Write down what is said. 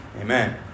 Amen